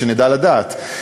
שנוכל לדעת.